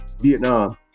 Vietnam